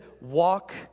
walk